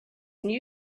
new